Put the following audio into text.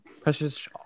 Precious